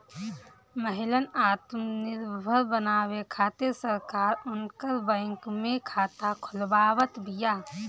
महिलन आत्मनिर्भर बनावे खातिर सरकार उनकर बैंक में खाता खोलवावत बिया